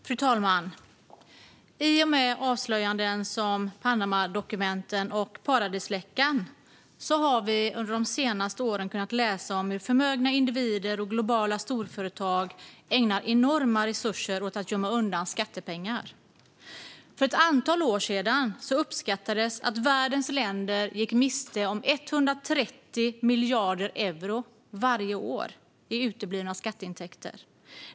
Fru talman! I och med avslöjanden som Panamadokumenten och paradisläckan har vi under de senaste åren kunnat läsa om hur förmögna individer och globala storföretag ägnar enorma resurser åt att gömma undan skattepengar. För ett antal år sedan uppskattades att världens länder gick miste om 130 miljarder euro varje år i uteblivna skatteintäkter.